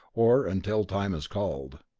or until time is called.